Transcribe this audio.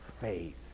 faith